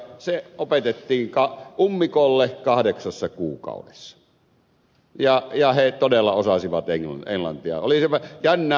se opetettiin ummikolle kahdeksassa kuukaudessa ja he todella osasivat englantia